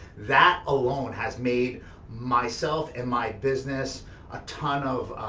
that alone has made myself and my business a ton of,